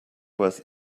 was